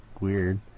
weird